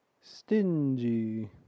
stingy